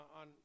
on